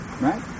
Right